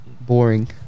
Boring